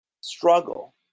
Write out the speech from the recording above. struggle